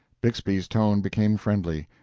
bixby's tone became friendly.